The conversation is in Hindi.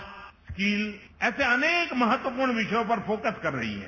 स्यज स्किल ऐसे अनेक महत्वपूर्ण विषयों पर फोकस कर रही है